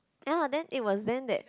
ya then it was then that